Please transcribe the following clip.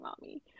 mommy